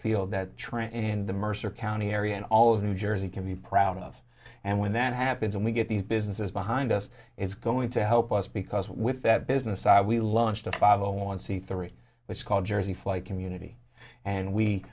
field that train in the mercer county area and all of new jersey can be proud of and when that happens and we get these businesses behind us is going to help us because with that business i we launched a follow on c three which called jersey fly community and we